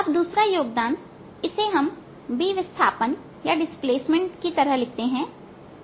अब दूसरा योगदान इसे हम Bविस्थापनतरह लिखते हैं